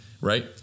Right